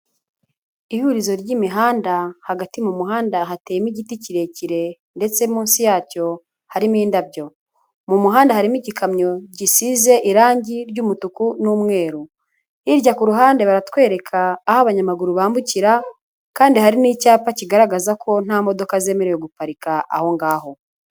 Ihurizo ry'imihanda hagati mu muhanda hateyemo igiti kirekire ndetse munsi yacyo harimo indabyo. Mu muhanda harimo igikamyo gisize irangi ry'umutuku n'umweru. Hirya ku ruhande baratwereka aho abanyamaguru bambukira kandi hari n'icyapa kigaragaza ko nta modoka zemerewe guparika aho ngaho.